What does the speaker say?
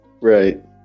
Right